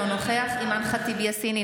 אינו נוכח אימאן ח'טיב יאסין,